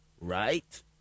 right